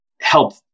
help